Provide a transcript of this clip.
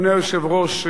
אדוני היושב-ראש,